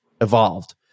evolved